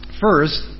First